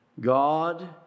God